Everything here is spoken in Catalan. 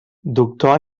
doctor